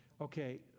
okay